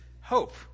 hope